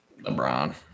LeBron